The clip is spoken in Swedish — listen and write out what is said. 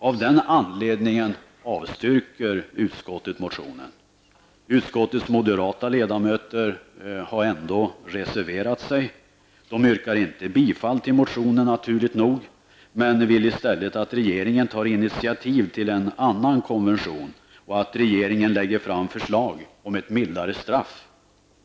Av den anledningen avstyrker utskottet motionen. Utskottets moderata ledamöter har ändå reserverat sig. De yrkar inte bifall till motionen -- naturligt nog -- men vill i stället att regeringen tar initiativ till en annan konvention och att regeringen lägger fram förslag om mildare straff.